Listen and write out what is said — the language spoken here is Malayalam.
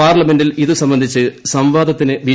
പാർലമെന്റിൽ ഇത് സംബന്ധിച്ച് സംവാദത്തിന് ബി